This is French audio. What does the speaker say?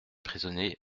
prisonniers